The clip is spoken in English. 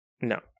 no